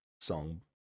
Song